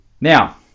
Now